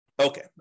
Okay